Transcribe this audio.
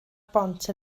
bont